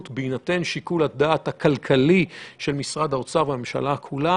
ושיקול הדעת הכלכלי של משרד האוצר והממשלה כולה.